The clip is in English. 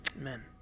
amen